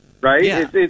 right